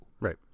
Right